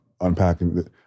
unpacking